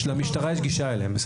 שלמשטרה יש גישה אליהם.